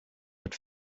but